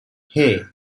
hey